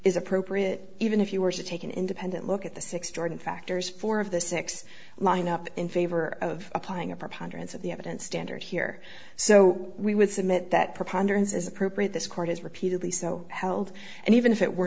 is appropriate even if you were to take an independent look at the six jordan factors four of the six mine up in favor of applying a preponderance of the evidence standard here so we would submit that preponderance as appropriate this court has repeatedly so held and even if it were